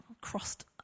crossed